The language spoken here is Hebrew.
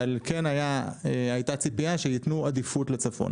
אבל כן הייתה ציפייה שייתנו עדיפות לצפון.